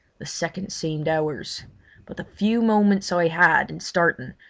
the seconds seemed hours but the few moments i had in starting,